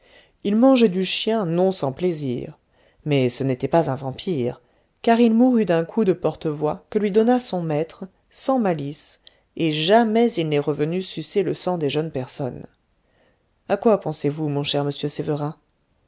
il mangeait du chien non sans plaisir mais ce n'était pas un vampire car il mourut d'un coup de porte-voix que lui donna son maître sans malice et jamais il n'est revenu sucer le sang des jeunes personnes à quoi pensez-vous mon cher monsieur sévérin